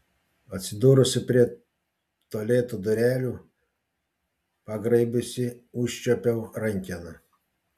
atsidūrusi prie tualeto durelių pagraibiusi užčiuopiau rankeną